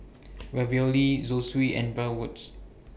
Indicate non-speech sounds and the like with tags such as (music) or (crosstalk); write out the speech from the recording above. (noise) Ravioli Zosui and Bratwurst